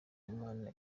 imana